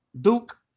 Duke